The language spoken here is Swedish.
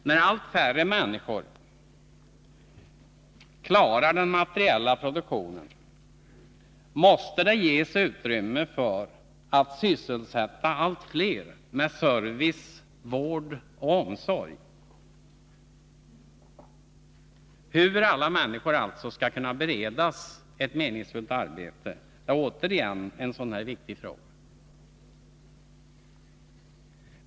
När allt färre människor klarar den materiella produktionen, måste det ges utrymme för att sysselsätta allt fler med service, vård och omsorg. Hur alla människor skall kunna beredas ett meningsfullt arbete är åter en sådan viktig fråga.